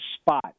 spot